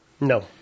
No